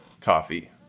coffee